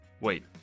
Wait